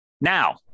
Now